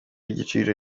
giciro